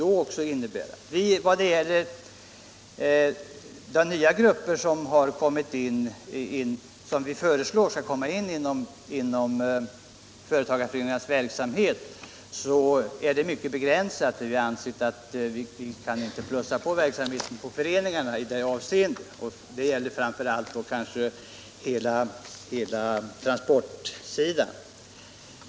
De nya grupper som vi föreslår skall komma in inom företagarföreningarnas verksamhet blir mycket begränsade. Vi har nämligen ansett att vi inte kan plussa på föreningarnas verksamhet i detta avseende, och det gäller då kanske framför allt hela transportsidan.